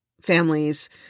families